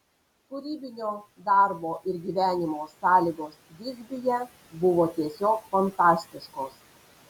kūrybinio darbo ir gyvenimo sąlygos visbiuje buvo tiesiog fantastiškos